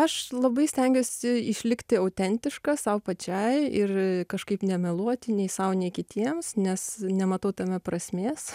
aš labai stengiuosi išlikti autentiškas sau pačiai ir kažkaip nemeluoti nei sau nei kitiems nes nematau tame prasmės